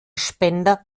spender